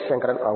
శంకరన్ అవును